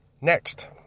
Next